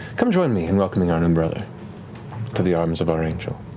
come join me in welcoming our new brother to the arms of our angel.